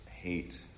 hate